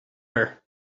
her